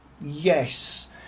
yes